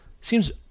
seems